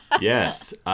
Yes